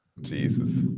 Jesus